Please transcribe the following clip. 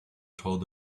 told